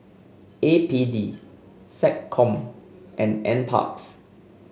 A P D SecCom and NParks